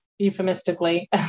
euphemistically